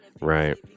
right